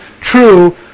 true